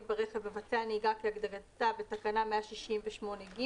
ברכב מבצע נהיגה כהגדרתה בתקנה 168(ג)